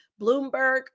Bloomberg